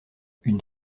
une